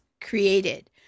created